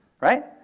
right